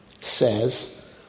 says